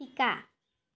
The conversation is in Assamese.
শিকা